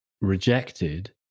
rejected